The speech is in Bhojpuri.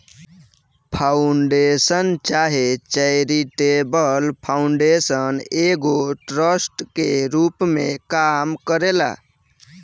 फाउंडेशन चाहे चैरिटेबल फाउंडेशन एगो ट्रस्ट के रूप में काम करेला